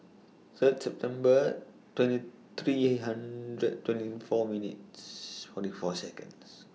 Third September twenty three hundred twenty four minutes forty four Seconds